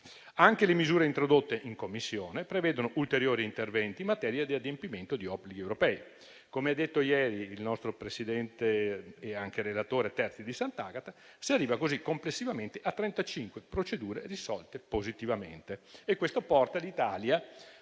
Anche le misure introdotte in Commissione prevedono ulteriori interventi in materia di adempimento di obblighi europei. Come ha detto ieri il nostro Presidente e anche relatore Terzi di Sant'Agata, si arriva così complessivamente a 35 procedure risolte positivamente: questo porta l'Italia